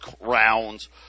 rounds